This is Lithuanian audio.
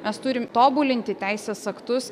mes turim tobulinti teisės aktus